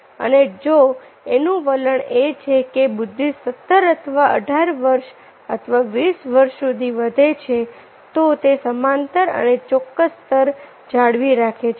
અને જો એનું વલણ એ છે કે બુદ્ધિ 17 અથવા 18 વર્ષ અથવા 20 વર્ષ સુધી વધે છે તો તે સમાંતર અને ચોક્કસ સ્તર જાળવી રાખે છે